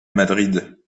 madrid